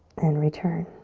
and return.